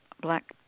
black